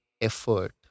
effort